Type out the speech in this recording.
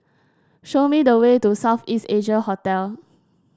show me the way to South East Asia Hotel